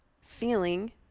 feeling